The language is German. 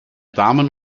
damen